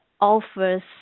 offers